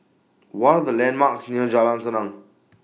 What Are The landmarks near Jalan Senang